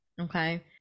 okay